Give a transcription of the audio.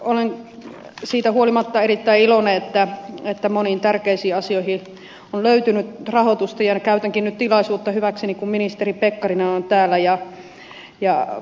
olen siitä huolimatta erittäin iloinen että moniin tärkeisiin asioihin on löytynyt rahoitusta ja käytänkin nyt tilaisuutta hyväkseni kun ministeri pekkarinen on täällä